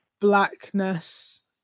blackness